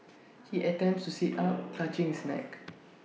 he attempts to sit up clutching his neck